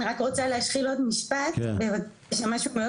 אני רק רוצה להשחיל עוד משפט שמשהו מאוד